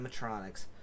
animatronics